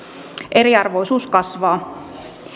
eriarvoisuus kasvaa